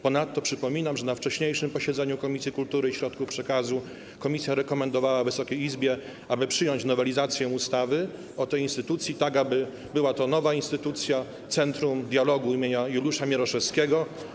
Ponadto przypominam, że na wcześniejszym posiedzeniu Komisji Kultury i Środków Przekazu komisja rekomendowała Wysokiej Izbie, aby przyjąć nowelizację ustawy o tej instytucji, tak aby była to nowa instytucja: Centrum Dialogu im. Juliusza Mieroszewskiego.